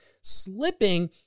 slipping